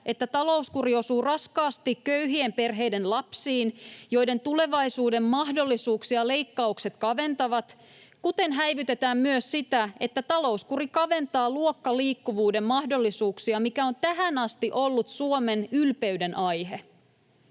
että talouskuri osuu raskaasti köyhien perheiden lapsiin, joiden tulevaisuuden mahdollisuuksia leikkaukset kaventavat, kuten häivytetään myös sitä, että talouskuri kaventaa luokkaliikkuvuuden mahdollisuuksia, mikä on tähän asti ollut Suomen ylpeyden aihe.